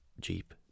jeep